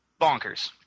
bonkers